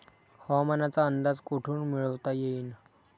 हवामानाचा अंदाज कोठून मिळवता येईन?